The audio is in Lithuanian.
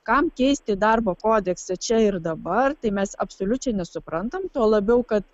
kam keisti darbo kodeksą čia ir dabar tai mes absoliučiai nesuprantam tuo labiau kad